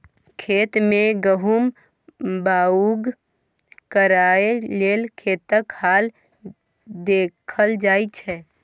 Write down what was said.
खेत मे गहुम बाउग करय लेल खेतक हाल देखल जाइ छै